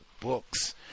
books